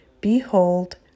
Behold